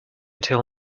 till